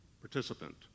participant